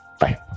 bye